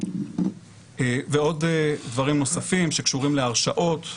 ועוד דברים נוספים שקשורים להרשאות,